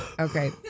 Okay